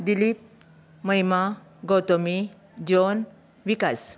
Dilip Mahima Gautami John विकास